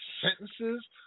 sentences